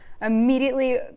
Immediately